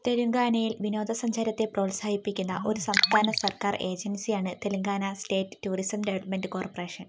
തെലങ്കാനയിൽ വിനോദസഞ്ചാരത്തെ പ്രോത്സാഹിപ്പിക്കുന്ന ഒരു സംസ്ഥാന സർക്കാർ ഏജൻസിയാണ് Telangana state tourism development corporation